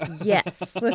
yes